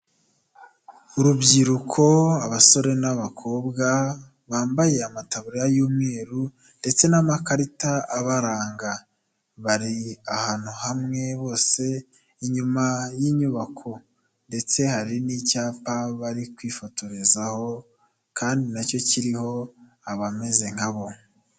Urubyiruko, abasore n'abakobwa, bambaye amataburiya y'umweru ndetse n'amakarita abaranga, bari ahantu hamwe bose inyuma y'inyubako ndetse hari n'icyapa bari kwifotorezaho kandi na cyo kiriho abameze nkabo.